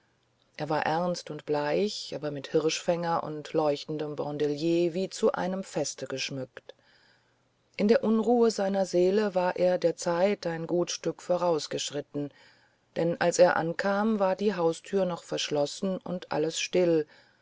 er war ernst und bleich aber mit hirschfänger und leuchtendem bandelier wie zu einem feste geschmückt in der unruhe seiner seele war er der zeit ein gut stück vorausgeschritten denn als er ankam war die haustür noch verschlossen und alles still